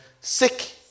sick